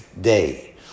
day